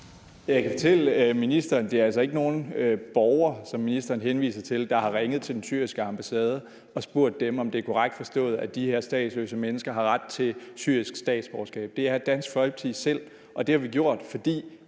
Jeg kan fortælle ministeren, at det altså ikke er nogen borger, som ministeren henviser til, der har ringet til den syriske ambassade og spurgt dem, om det er korrekt, at de her statsløse mennesker har ret til syrisk statsborgerskab. Det er Dansk Folkeparti selv, og det har vi gjort, fordi